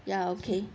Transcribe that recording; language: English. ya okay